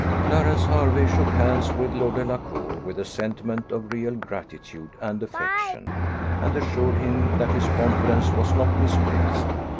clarence hervey shook hands with lord delacour, with a sentiment of real gratitude and affection and assured him that his confidence was not misplaced.